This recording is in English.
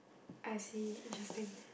I see interesting